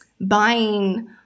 buying